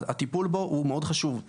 הטיפול בו הוא מאוד חשוב.